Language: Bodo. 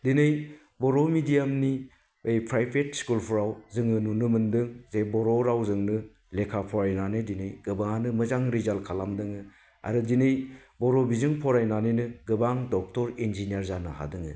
दिनै बर' मिडियामनि फ्रायभेट स्कुलफ्राव जों नुनो मोन्दों जे बर' रावजोंनो लेखा फरायनानै दिनै गोबांआनो मोजां रिजाल्ट खामदों आरो दिनै बर' बिजों फरायनानैनो गोबां डक्ट'र इन्जिनियार जानो हादों